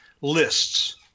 lists